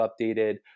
updated